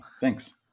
thanks